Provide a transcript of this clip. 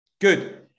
Good